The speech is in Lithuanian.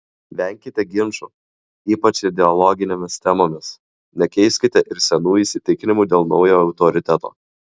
venkite ginčų ypač ideologinėmis temomis nekeiskite ir senų įsitikinimų dėl naujo autoriteto